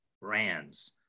brands